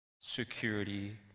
security